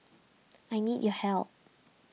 I need your help